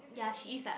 ya she is ah